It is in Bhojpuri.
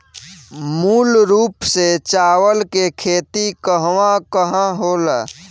मूल रूप से चावल के खेती कहवा कहा होला?